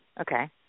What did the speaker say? Okay